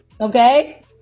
Okay